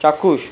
চাক্ষুষ